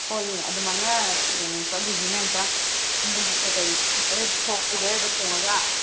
ꯍꯣꯏꯅꯦ ꯑꯗꯨ ꯃꯥꯏꯅ ꯆꯠꯂꯨꯁꯤꯅꯦ ꯑꯃꯨꯛꯇ ꯌꯨꯝꯗꯒꯤ ꯀꯩꯀꯩꯅꯣ ꯈꯔ ꯑꯔꯩ ꯑꯔꯩꯕ ꯊꯣꯡꯉꯒ